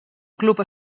club